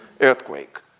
Earthquake